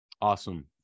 Awesome